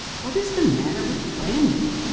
what is the matter with brandon?